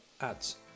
ads